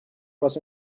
was